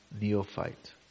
neophyte